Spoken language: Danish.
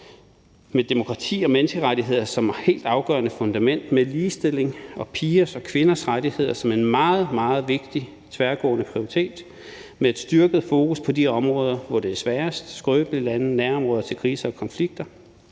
med demokrati og menneskerettigheder som et helt afgørende fundament, med ligestilling og pigers og kvinders rettigheder, som en meget, meget vigtig tværgående prioritet, med et styrket fokus på de områder, hvor det er sværest, dvs. skrøbelige lande og nærområder til kriser og konflikter,